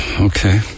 Okay